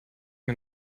mir